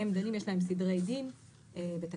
יש להם סדרי דין בתקנות.